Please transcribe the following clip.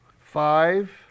five